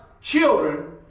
children